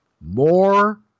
More